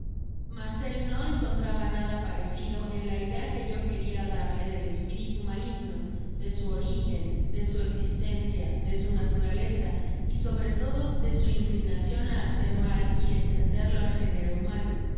mas el no encontraba nada de parecido en la idea que yo queria darle del espiritu maligno de su origen de su existencia de su naturaleza y sobre todo de su inclinacion á hacer mal y estenderlo al género humano